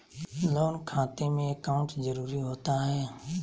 Loan खाते में account जरूरी होता है?